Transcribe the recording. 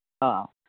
ꯑꯥ